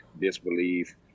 disbelief